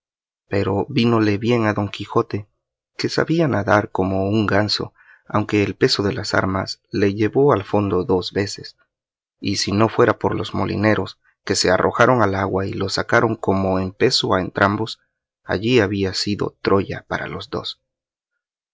pero vínole bien a don quijote que sabía nadar como un ganso aunque el peso de las armas le llevó al fondo dos veces y si no fuera por los molineros que se arrojaron al agua y los sacaron como en peso a entrambos allí había sido troya para los dos